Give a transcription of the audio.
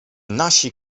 nasi